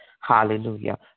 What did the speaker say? hallelujah